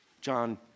John